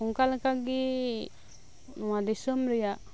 ᱚᱱᱠᱟ ᱞᱮᱠᱟ ᱜᱤ ᱱᱚᱶᱟ ᱫᱤᱥᱚᱢ ᱨᱮᱭᱟᱜ